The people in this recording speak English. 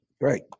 Right